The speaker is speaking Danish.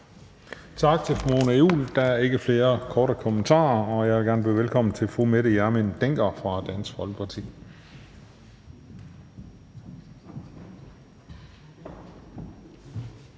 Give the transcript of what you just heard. Tak til fru Mona Juul. Der er ikke flere korte bemærkninger. Og jeg vil gerne byde velkommen til fru Mette Hjermind Dencker fra Dansk Folkeparti.